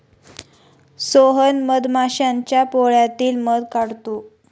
सोहन मधमाश्यांच्या पोळ्यातील मध काढतो